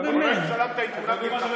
הצטלמת.